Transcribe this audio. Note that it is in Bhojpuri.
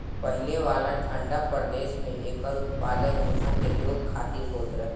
पहिले वाला ठंडा प्रदेश में एकर उत्पादन उहा के लोग खातिर होत रहे